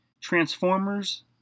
Transformers